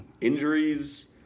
injuries